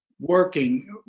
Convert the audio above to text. working